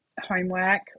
homework